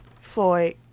Floyd